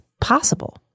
possible